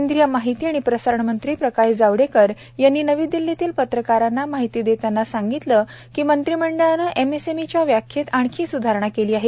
केंद्रिय माहिती व प्रसारण मंत्री प्रकाश जावडेकर यांनी नवी दिल्लीतील पत्रकारांना माहिती देताना सांगितले की मंत्रिमंडळाने एमएसएमईच्या व्याख्येत आणखी सुधारणा केली आहे